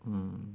ah